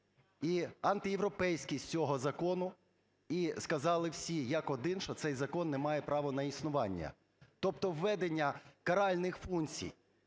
і антиєвропейськість цього закону, і сказали всі як один, що цей закон не має право на існування, тобто введення каральних функцій